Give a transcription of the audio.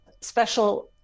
special